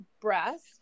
breast